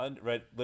right